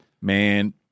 Man